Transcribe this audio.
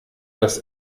dass